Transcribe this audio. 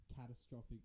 catastrophic